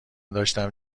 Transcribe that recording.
داشتم